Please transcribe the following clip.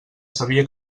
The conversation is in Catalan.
sabia